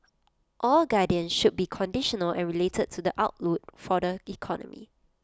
all guidance should be conditional and related to the outlook for the economy